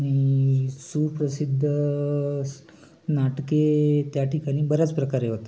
आणि सुप्रसिद्ध स नाटके त्या ठिकाणी बऱ्याच प्रकारे होतात